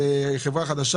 שזו חברה חדשה,